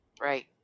right